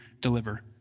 deliver